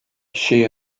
she